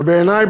ובעיני,